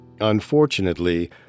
Unfortunately